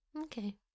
Okay